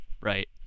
Right